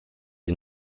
sie